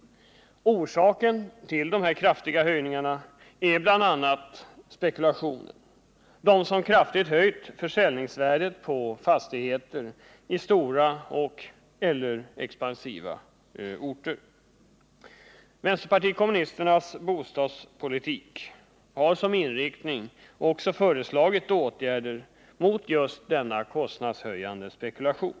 Orsaken till de kraftiga höjningarna är bl.a. spekulationen, som kraftigt höjt försäljningsvärdet på fastigheter i stora och/eller expansiva orter. I vänsterpartiet kommunisternas bostadspolitik ingår bl.a. förslag till åtgärder mot denna kostnadshöjande spekulation.